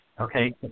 Okay